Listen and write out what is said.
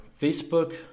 Facebook